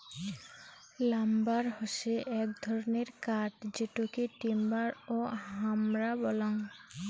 lumber হসে এক ধরণের কাঠ যেটোকে টিম্বার ও হামরা বলাঙ্গ